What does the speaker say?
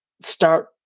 start